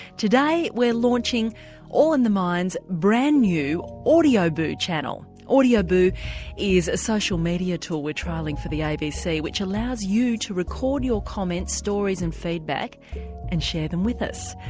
today we're launching all in the mind's brand new audioboo channel. audioboo is a social media tool we're trialling for the abc which allows you to record your comments, stories and feedback and share them with us.